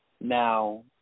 Now